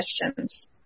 questions